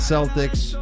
Celtics